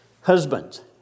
husbands